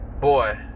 Boy